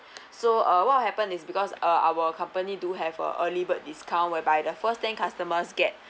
so uh what happen is because uh our company do have a early bird discount whereby the first thing customers get